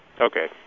Okay